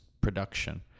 production